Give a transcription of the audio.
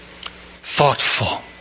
Thoughtful